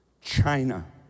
China